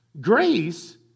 Grace